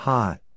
Hot